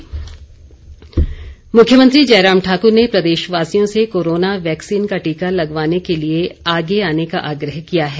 मुख्यमंत्री मुख्यमंत्री जयराम ठाकुर ने प्रदेश वासियों से कोरोना वैक्सीन का टीका लगवाने के लिए आगे आने का आग्रह किया है